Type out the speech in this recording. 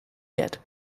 yet